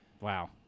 wow